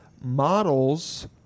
models